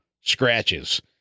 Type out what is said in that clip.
scratches